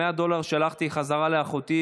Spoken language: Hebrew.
100 דולר שלחתי בחזרה לאחותי,